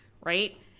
Right